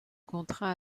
contrat